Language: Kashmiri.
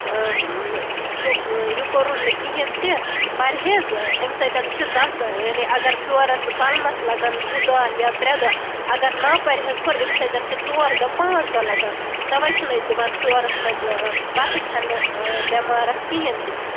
سُہ یہِ کوٚرُن نہٕ کِہیٖنٛۍ تہِ پَرہیز امہ سۭتۍ چھِ تَتھ یعنی اَگَر فِوَرَس بَلنَس لَگَن زٕ دۄہ یا ترٛےٚ دۄہ اَگَر نا پَرہیز کوٚر امہِ سۭتۍ چھُ ژور دۄہ پانٛژھ دۄہ لَگان تَوَے چھِنہٕ أسۍ دِوان فِوَرَس مَنٛز بَتہٕ کھیٚنہٕ بیٚمارَس کِہیٖنٛۍ تہِ